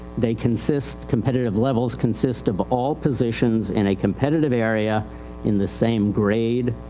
they consist, competitive levels consist of all positions in a competitive area in the same grade,